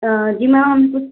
जी ma'am कुछ